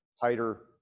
tighter